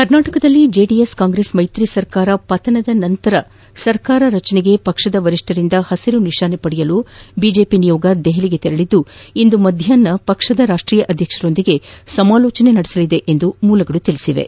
ಕರ್ನಾಟಕದಲ್ಲಿ ಜೆಡಿಎಸ್ ಕಾಂಗ್ರೆಸ್ ಮೈತ್ರಿ ಸರ್ಕಾರ ಪತನದ ನಂತರ ಸರ್ಕಾರ ರಚನೆಗೆ ಪಕ್ಷದ ವರಿಷ್ಠರಿಂದ ಹಸಿರುನಿಶಾನೆ ಪಡೆಯಲು ಬಿಜೆಪಿ ನಿಯೋಗ ದೆಹಲಿಗೆ ತೆರಳಿದ್ದು ಇಂದು ಮಧ್ನಾಹ್ವ ಪಕ್ಷದ ರಾಷ್ಟೀಯ ಅಧ್ಯಕ್ಷರೊಂದಿಗೆ ಸಮಾಲೋಚನೆ ನಡೆಸಲಿದೆ ಎಂದು ಮೂಲಗಳು ತಿಳಿಸಿವೆ